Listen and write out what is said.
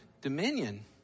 dominion